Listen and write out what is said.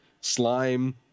slime